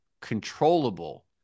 controllable